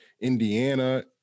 Indiana